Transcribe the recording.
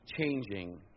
changing